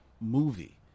movie